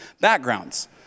backgrounds